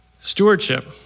Stewardship